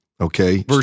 okay